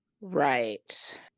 right